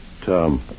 Tom